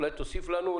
אולי תוסיף לנו,